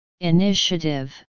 initiative